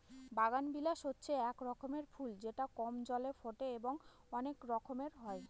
বাগানবিলাস হচ্ছে এক রকমের ফুল যেটা কম জলে ফোটে এবং অনেক রঙের হয়